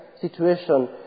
situation